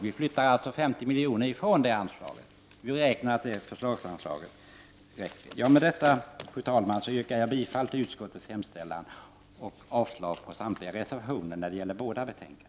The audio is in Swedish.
Vi flyttar alltså 50 miljoner från det anslaget. Vi räknar med att detta förslagsanslag skall räcka. Med detta, fru talman, yrkar jag bifall till utskottets hemställan och avslag på samtliga reservationer när det gäller båda betänkandena.